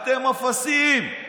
"אתם אפסים";